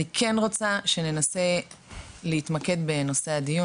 אני כן רוצה שננסה להתמקד בנושא הדיון